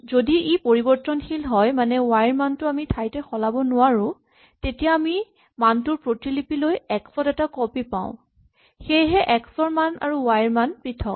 যদি ই অপৰিবৰ্তনশীল হয় মানে ৱাই ৰ মানটো আমি ঠাইতে সলাব নোৱাৰো তেতিয়া আমি মানটোৰ প্ৰতিলিপি লৈ এক্স ত এটা কপি পাওঁ সেয়েহে এক্স ৰ মান আৰু ৱাই ৰ মান পৃথক